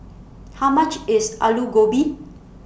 How much IS Alu Gobi